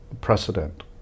precedent